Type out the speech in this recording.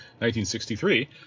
1963